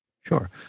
Sure